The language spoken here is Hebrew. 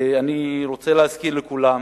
אני רוצה להזכיר לכולם